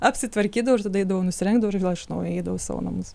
apsitvarkydavau ir tada eidavau nusirengdavau ir vėl iš naujo eidavo savo namus